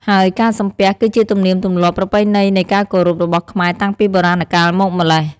ហើយការសំពះ គឺជាទំនៀមទំម្លាប់ប្រពៃណីនៃការគោរពរបស់ខ្មែរតាំងពីបុរាណកាលមកម្ល៉េះ។